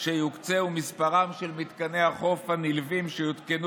שיוקצה ואת מספרם של מתקני החוף הנלווים שיותקנו